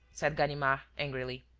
said ganimard, angrily.